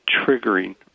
triggering